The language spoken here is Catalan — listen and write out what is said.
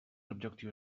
objectius